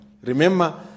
remember